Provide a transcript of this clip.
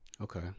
okay